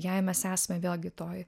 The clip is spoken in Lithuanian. jei mes esame vėlgi toj